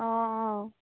অঁ অঁ